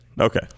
Okay